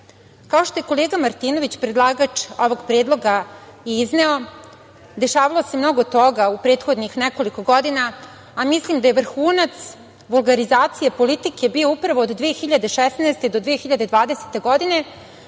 što je kolega Martinović, predlagač ovog predloga izneo, dešavalo se mnogo toga u prethodnih nekoliko godina, a mislim da je vrhunac vulgarizacije politike bio upravo od 2016. do 2020. godine,